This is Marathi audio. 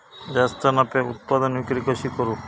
जास्त नफ्याक उत्पादन विक्री कशी करू?